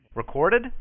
Recorded